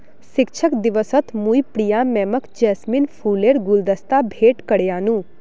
शिक्षक दिवसत मुई प्रिया मैमक जैस्मिन फूलेर गुलदस्ता भेंट करयानू